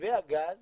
מתווה הגז